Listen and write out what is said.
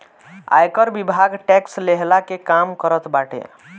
आयकर विभाग टेक्स लेहला के काम करत बाटे